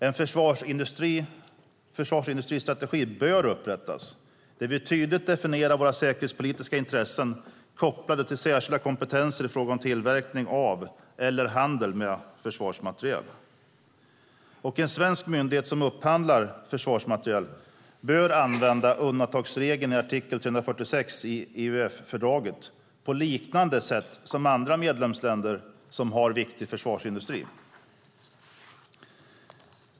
En försvarsindustristrategi bör upprättas där vi tydligt definierar våra säkerhetspolitiska intressen kopplade till särskilda kompetenser i fråga om tillverkning av eller handel med försvarsmateriel. En svensk myndighet som upphandlar försvarsmateriel bör använda undantagsregeln i artikel 346 i EUF-fördraget på liknande sätt som andra medlemsländer som har viktig försvarsindustri.